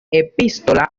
epístola